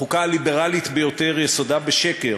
החוקה הליברלית ביותר יסודה בשקר